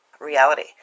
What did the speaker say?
reality